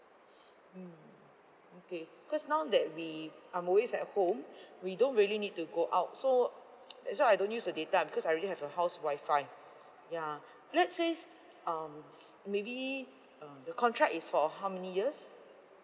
mm okay cause now that we I'm always at home we don't really need to go out so that's why I don't use the data because I already have a house wifi yeah let says um s~ maybe uh the contract is for how many years